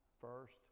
first